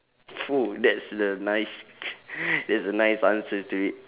that's the nice that's a nice answer to it